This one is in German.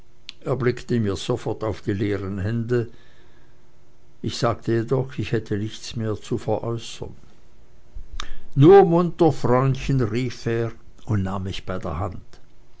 er blickte mir sofort auf die leeren hände ich sagte jedoch ich hätte nichts mehr zu veräußern nur munter freundchen rief er und nahm mich bei der hand